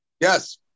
Yes